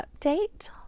update